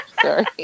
Sorry